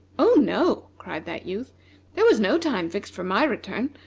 oh, no! cried that youth there was no time fixed for my return.